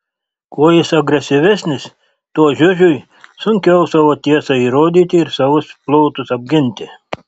kuo jis agresyvesnis tuo žiužiui sunkiau savo tiesą įrodyti ir savus plotus apginti